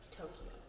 tokyo